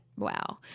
wow